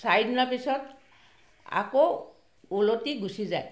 চাৰিদিনৰ পিছত আকৌ উলটি গুচি যায়